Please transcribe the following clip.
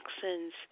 toxins